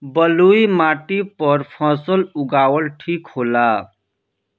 बलुई माटी पर फसल उगावल ठीक होला?